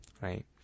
right